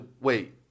wait